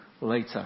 later